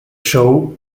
show